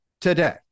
today